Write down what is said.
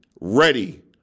ready